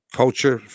culture